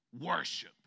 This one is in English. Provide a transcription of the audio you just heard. worship